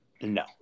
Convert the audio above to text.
No